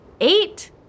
Eight